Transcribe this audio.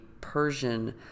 Persian